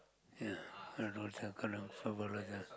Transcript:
ya I know